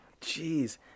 Jeez